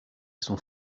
son